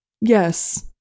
yes